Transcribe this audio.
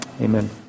amen